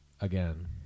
again